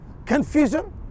Confusion